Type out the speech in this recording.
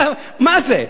מה זה,